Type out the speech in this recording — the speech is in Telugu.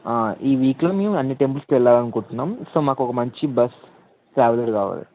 ఈ వీక్లో మేము అన్ని టెంపుల్స్కి వెళ్లాలి అనుకుంటున్నాం సో మాకు ఒక మంచి బస్ ట్రావెలరు కావాలి